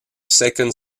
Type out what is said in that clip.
second